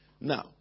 Now